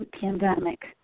pandemic